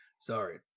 Sorry